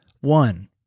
One